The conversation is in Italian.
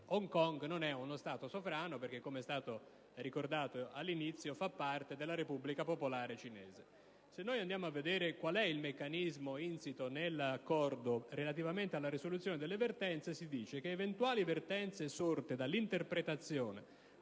Hong Kong non è uno Stato sovrano perché, come è stato ricordato all'inizio, fa parte della Repubblica popolare cinese. Se andiamo a vedere qual è il meccanismo insito nell'Accordo relativamente alla risoluzione delle vertenze, si dice che eventuali vertenze sorte dall'interpretazione,